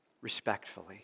respectfully